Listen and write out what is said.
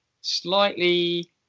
slightly